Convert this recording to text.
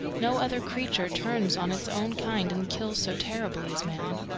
no other creature turns on its own kind and kills so terribly as man.